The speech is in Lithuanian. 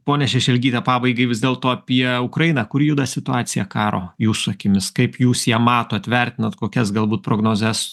ponia šešelgyte pabaigai vis dėlto apie ukrainą kur juda situacija karo jūsų akimis kaip jūs ją matot vertinat kokias galbūt prognozes